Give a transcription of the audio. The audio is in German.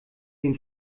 den